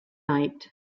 night